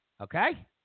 Okay